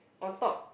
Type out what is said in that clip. on top